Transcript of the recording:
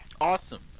Awesome